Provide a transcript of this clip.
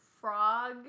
Frog